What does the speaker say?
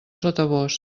sotabosc